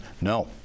no